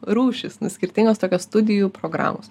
rūšys skirtingos tokios studijų programos